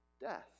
death